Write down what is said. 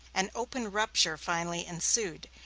an open rupture finally ensued,